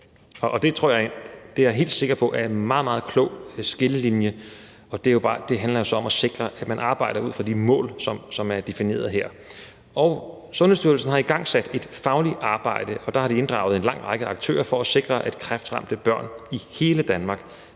med at gøre her. Det er jeg helt sikker på er en meget, meget klog skillelinje, og det handler om at sikre, at man arbejder ud fra de mål, som er defineret her. Sundhedsstyrelsen har igangsat et fagligt arbejde, og der har de inddraget en lang række aktører for at sikre, at kræftramte børn i hele Danmark